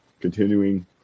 continuing